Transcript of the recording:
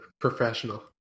professional